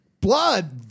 blood